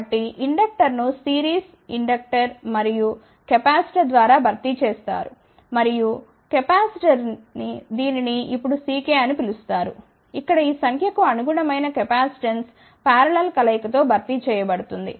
కాబట్టి ఇండక్టర్ను series inductor మరియు కెపాసిటర్ ద్వారా భర్తీ చేశారు మరియు కెపాసిటర్ దీనిని ఇప్పుడుCkఅని పిలుస్తారు ఇక్కడ ఈ సంఖ్య కు అనుగుణమైన కెపాసిటెన్స్ పారలల్ కలయిక తో భర్తీ చేయ బడుతుంది